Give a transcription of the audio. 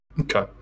Okay